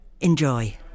enjoy